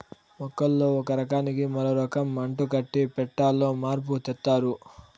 మొక్కల్లో ఒక రకానికి మరో రకం అంటుకట్టి పెట్టాలో మార్పు తెత్తారు